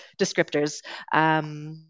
descriptors